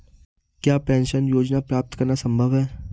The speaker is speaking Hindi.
क्या पेंशन योजना प्राप्त करना संभव है?